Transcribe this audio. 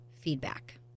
feedback